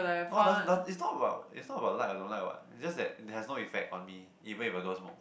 oh does does is not about is not about like or don't like what is just that it has no effect on me even if a girl smoke